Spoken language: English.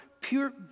pure